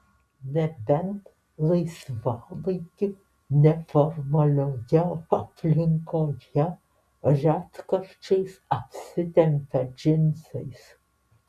nebent laisvalaikiu neformalioje aplinkoje retkarčiais apsitempia džinsais